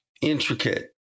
intricate